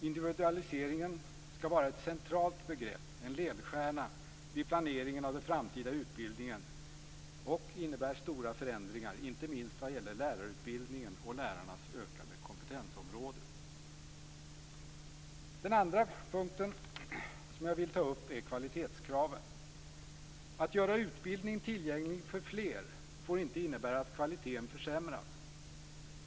Individualisering skall vara ett centralt begrepp, en ledstjärna, vid planeringen av den framtida utbildningen, och det innebär stora förändringar, inte minst vad gäller lärarutbildningen och lärarnas ökade kompetensområde. Den andra punkten gäller kvalitetskraven. Att göra utbildning tillgänglig för fler får inte innebära att kvaliteten försämras.